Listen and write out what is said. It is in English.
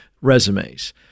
resumes